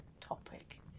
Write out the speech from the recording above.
topic